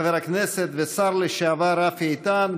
חבר הכנסת והשר לשעבר רפי איתן,